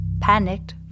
Panicked